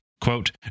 quote